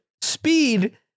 Speed